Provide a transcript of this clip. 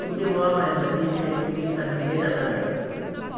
तुमची गोवा मायल्साची एक टॅक्सी सांतिनेज हांगा धाड